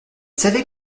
savait